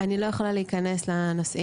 אני לא יכולה להיכנס לנושאים,